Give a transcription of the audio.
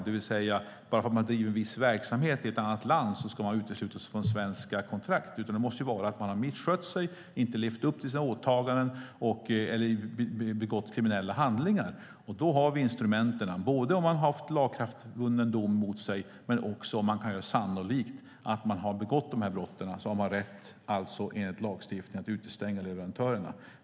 Bara för att man bedriver en viss verksamhet i ett annat land ska man inte uteslutas från svenska kontrakt, utan man måste ha misskött sig, inte levt upp till sina åtaganden eller begått kriminella handlingar. Då har vi instrumenten. Enligt lagstiftningen har man rätt att utestänga leverantörerna om de har en lagakraftvunnen dom emot sig men också om man kan visa att de sannolikt har begått brotten.